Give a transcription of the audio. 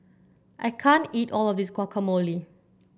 I can't eat all of this Guacamole